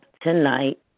tonight